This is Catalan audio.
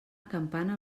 campana